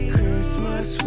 Christmas